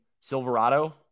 Silverado